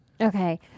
Okay